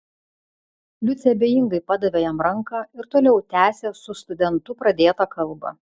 liucė abejingai padavė jam ranką ir toliau tęsė su studentu pradėtą kalbą